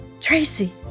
Tracy